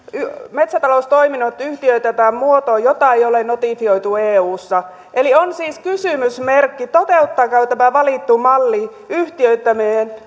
metsätaloustoiminnot yhtiöitetään muotoon jota ei ole notifioitu eussa eli on siis kysymysmerkki toteuttaako tämä valittu malli yhtiöittäminen